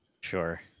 Sure